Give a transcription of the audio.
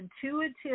intuitive